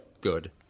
good